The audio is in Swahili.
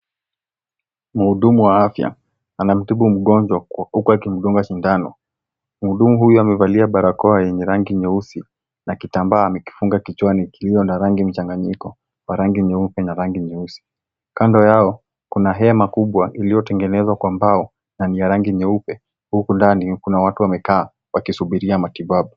Mhudumu wa afya, anamtibu mgonjwa huku wakimdunga sindano. Mhudumu huyo amevalia barakoa yenye rangi nyeusi na kitambaa amekifunga kichwani kilio na rangi mchanganyiko wa rangi nyeupe na rangi nyeusi. Kando yao, kuna hema kubwa iliyotengenezwa kwa mbao na ni ya rangi nyeupe, huku ndani kuna watu wamekaa wakisubiria matibabu.